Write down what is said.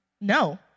No